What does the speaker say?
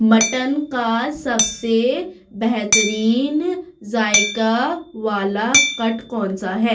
mutton کا سب سے بہترین ذائقہ والا کٹ کون سا ہے